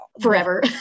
forever